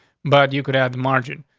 but you could add margin.